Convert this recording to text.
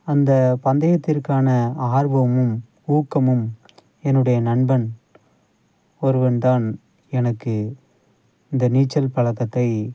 அந்த பந்தயத்திற்கான ஆர்வமும் ஊக்கமும் என்னுடைய நண்பன் ஒருவன் தான் எனக்கு இந்த நீச்சல் பழக்கத்தை